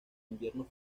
inviernos